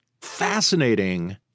fascinating